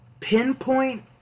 pinpoint